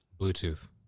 Bluetooth